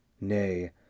Nay